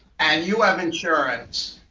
and you have insurance,